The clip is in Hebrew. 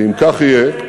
ואם כך יהיה,